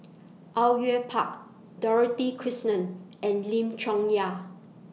Au Yue Pak Dorothy Krishnan and Lim Chong Yah